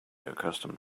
accustomed